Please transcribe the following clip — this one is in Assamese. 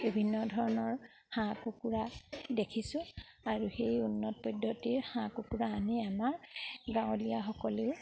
বিভিন্ন ধৰণৰ হাঁহ কুকুৰা দেখিছোঁ আৰু সেই উন্নত পদ্ধতিৰ হাঁহ কুকুৰা আনি আমাৰ গাঁৱলীয়াসকলেও